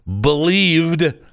believed